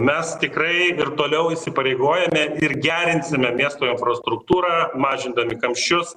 mes tikrai ir toliau įsipareigojame ir gerinsime miesto infrastruktūrą mažindami kamščius